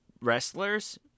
wrestlers